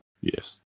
Yes